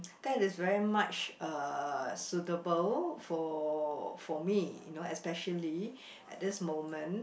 there is really much uh suitable for for me you know especially at this moment